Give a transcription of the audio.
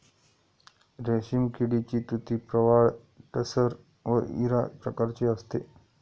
रेशीम किडीची तुती प्रवाळ टसर व इरा प्रकारची असते